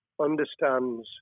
understands